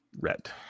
Red